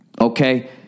Okay